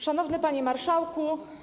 Szanowny Panie Marszałku!